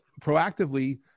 proactively